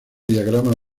diagrama